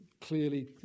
clearly